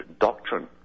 doctrine